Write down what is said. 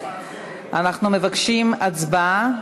אנחנו מבקשים הצבעה.